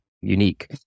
unique